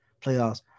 playoffs